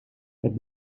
het